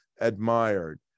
admired